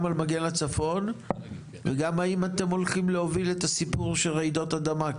גם על מגן הצפון וגם האם אתם הולכים להוביל את הסיפור של רעידות אדמה?